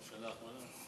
בשנה האחרונה.